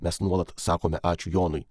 mes nuolat sakome ačiū jonui